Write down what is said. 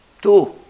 Two